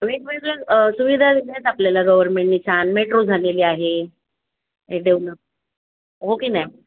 वेगवेगळ्या सुविधा दिल्या आहेत आपल्याला गव्हर्मेंटने छान मेट्रो झालेली आहे डेव्हलप ओके मॅम